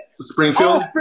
Springfield